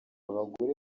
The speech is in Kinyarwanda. bagore